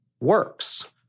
works